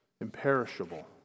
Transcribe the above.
imperishable